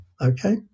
okay